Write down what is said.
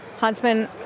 Huntsman